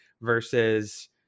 versus